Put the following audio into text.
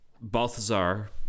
Balthazar